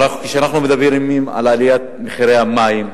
אבל כשאנחנו מדברים על עליית מחירי המים,